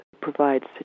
provides